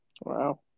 Wow